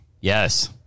yes